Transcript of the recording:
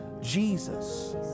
Jesus